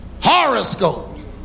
horoscopes